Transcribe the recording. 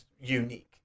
unique